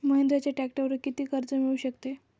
महिंद्राच्या ट्रॅक्टरवर किती कर्ज मिळू शकते?